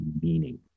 meaning